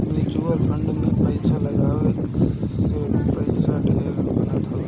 mutual fund में पईसा लगावे से पईसा ढेर बनत हवे